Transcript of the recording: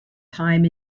time